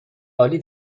عالی